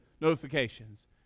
notifications